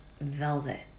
velvet